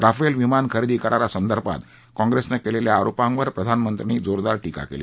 Rafale विमान खरेदी करारासंदर्भात काँग्रेसनं केलेल्या आरोपांवर प्रधानमंत्र्यांनी जोरदार टीका केली